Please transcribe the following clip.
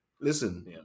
listen